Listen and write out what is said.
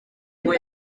ngo